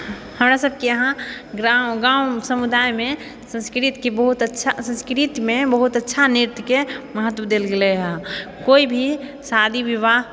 हमरा सबके यहाँ गाँव समुदायमे संस्कृतके बहुत अच्छा संस्कृतमे बहुत अच्छा नृत्यके महत्व देल गेलै हइ कोइ भी शादी विवाह